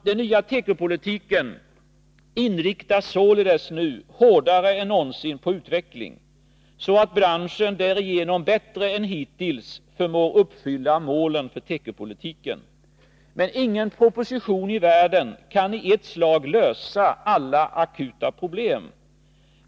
Den nya tekopolitiken inriktas således nu hårdare än någonsin på utveckling så att branschen därigenom bättre än hittills förmår uppfylla målen för tekopolitiken. Ingen proposition i världen kan i ett slag lösa alla akuta problem.